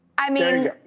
i mean.